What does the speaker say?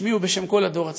בשמי ובשם כל הדור הצעיר,